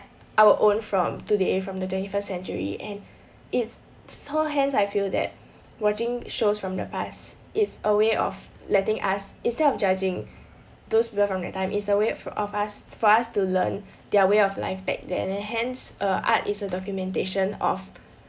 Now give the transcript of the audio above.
our own from today from the twenty first century and it's so hence I feel that watching shows from the past is a way of letting us instead of judging those people from their time it's a way for of us for us to learn their way of life back then and hence uh art is a documentation of